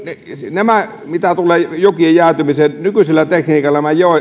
mitä tulee jokien jäätymiseen nykyisellä tekniikalla suomessa nämä